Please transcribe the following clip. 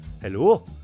Hello